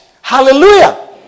hallelujah